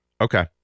Okay